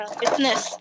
business